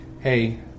Hey